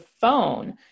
phone